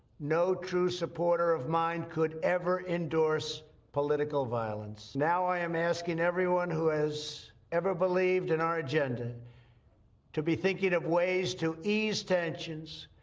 no true supporter of mine could ever endorse political violence. now i am asking everyone who has ever believed in our agenda to be thinking of ways to ease tensions,